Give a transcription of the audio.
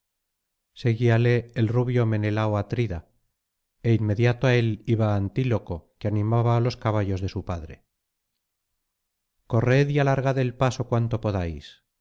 seguíale el rubio menelao atrida e inmediato á él iba antíloco que animaba á los caballos de su padre corred y alargad el paso cuanto podáis